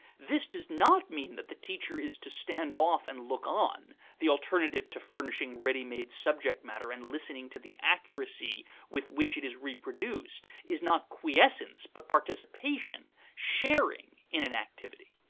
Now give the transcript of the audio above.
this does not mean that the teacher is to stand off and look on the alternative to furnishing ready-made subject matter and listening to the accuracy with which it is reproduced is not quiescence, but participation, sharing, in an activity.